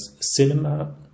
cinema